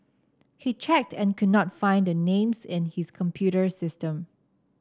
he checked and could not find the names in his computer system